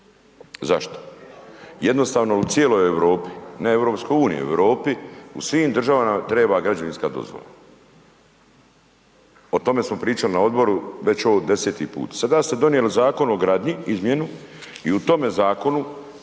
Zašto? Jednostavno, u cijeloj Europi, ne EU, nego Europi, u svim državama treba građevinska dozvola. O tome smo pričali na odboru, već ovo 10. put. Sada ste donijeli Zakon o gradnji, izmjenu i u tome zakonu